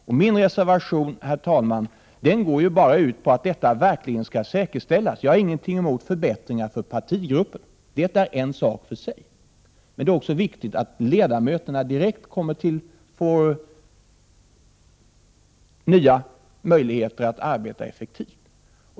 Haug Min reservation, herr talman, går bara ut på att detta verkligen skall säkerställas. Jag har ingenting emot förbättringar för partigrupperna. Det är en sak för sig, men det är också angeläget att ledamöterna direkt kommer att få nya möjligheter att arbeta effektivt.